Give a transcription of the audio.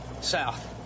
South